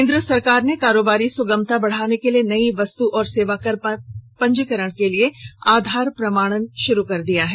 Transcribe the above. केन्द्र सरकार ने कारोबारी सुगमता बढ़ाने के लिए नई वस्त् और सेवा कर पंजीकरण के लिए आधार प्रमाणन शुरु कर दिया है